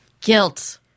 Guilt